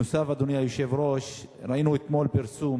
נוסף על כך, אדוני היושב-ראש, ראינו אתמול פרסום